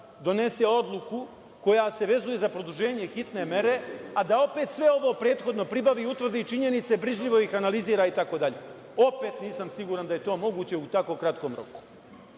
donese odluku koja se vezuje za produženje hitne mere, a da opet sve ovo prethodno pribavi i utvrdi činjenice, brižljivo ih analizira, itd? Opet nisam siguran da je to moguće u tako kratkom roku.